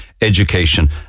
education